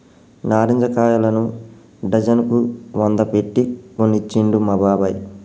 నారింజ కాయలను డజన్ కు వంద పెట్టి కొనుకొచ్చిండు మా బాబాయ్